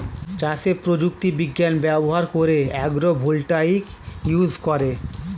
চাষে প্রযুক্তি বিজ্ঞান ব্যবহার করে আগ্রো ভোল্টাইক ইউজ করে